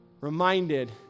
reminded